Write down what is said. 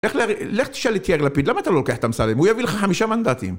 לך תשאל את יאיר לפיד, למה אתה לא לוקח את אמסלם? הוא יביא לך חמישה מנדטים.